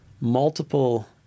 multiple